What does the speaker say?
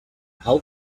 how